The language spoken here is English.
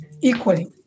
equally